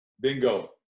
bingo